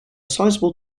sizeable